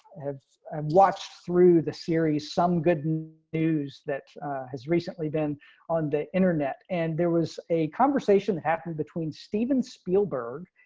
have um watched through the series some good news that has recently been on the internet and there was a conversation happening between steven spielberg.